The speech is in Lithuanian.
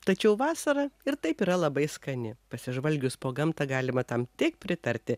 tačiau vasara ir taip yra labai skani pasižvalgius po gamtą galima tam tik pritarti